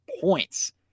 points